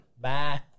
Bye